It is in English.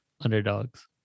underdogs